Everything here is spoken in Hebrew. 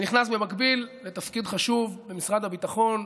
במקביל, אני נכנס לתפקיד חשוב במשרד הביטחון,